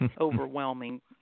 overwhelming